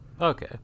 Okay